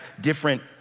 different